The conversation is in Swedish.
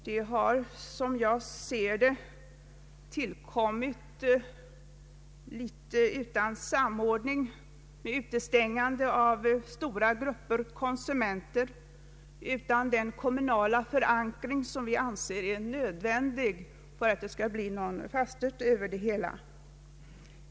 De har, som jag ser det, tillkommit utan samordning med utestängande av stora grupper konsumenter och utan den kommunala förankring som vi anser vara nödvändig för att det skall bli fasthet över det hela.